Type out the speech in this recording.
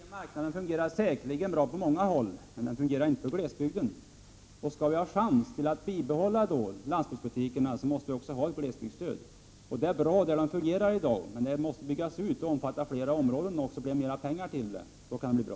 Fru talman! Den fria marknaden fungerar säkerligen bra på många håll, men den fungerar inte på glesbygden. Skall vi ha en chans att bibehålla landsbygdsbutikerna, måste vi också ha ett glesbygdsstöd. Det fungerar inom vissa områden i dag, och det är bra. Stödet måste dock byggas ut och omfatta fler områden. Det måste också avsättas mera pengar till det. Då kan det bli bra.